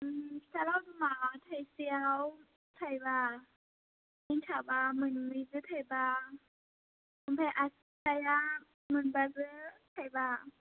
फिथा लावदुमा थाइसेयाव थाइबा एनथाबा मोननैजों थाइबा ओमफ्राय आसि फिथाया मोनबाजों थाइबा